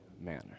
manner